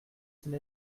c’est